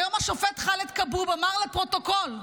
היום השופט ח'אלד כבוב אמר, לפרוטוקול,